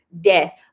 death